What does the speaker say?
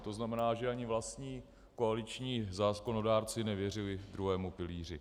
To znamená, že ani vlastní koaliční zákonodárci nevěřili druhému pilíři.